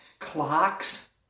Clocks